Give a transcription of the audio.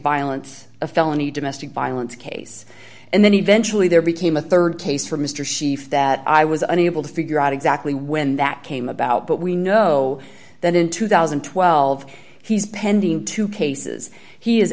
violence a felony domestic violence case and then eventually there became a rd case for mr schieffer that i was unable to figure out exactly when that came about but we know that in two thousand and twelve he's pending two cases he is